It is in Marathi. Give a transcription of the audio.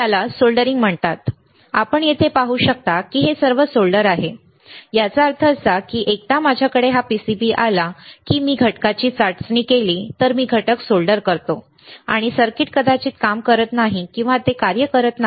त्याला सोल्डरिंग म्हणतात आपण येथे पाहू शकता की हे सर्व सोल्डर आहे याचा अर्थ असा की एकदा माझ्याकडे हा PCB आला की मी घटकाची चाचणी केली तर मी घटक सोल्डर करतो आणि सर्किट कदाचित काम करत नाही किंवा ते कार्य करत नाही